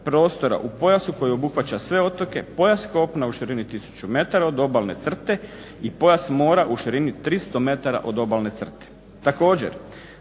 u pojasu koji obuhvaća sve otoke, pojas kopna u širini tisuću metara od obalne crte i pojas mora u širini 300 metara od obalne crte.